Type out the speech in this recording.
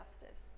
justice